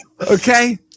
Okay